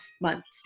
months